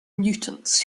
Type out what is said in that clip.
mutants